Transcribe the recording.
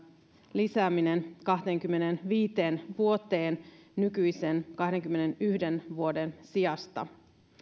lisääminen kahteenkymmeneenviiteen vuoteen nykyisen kahdenkymmenenyhden vuoden sijasta